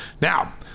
now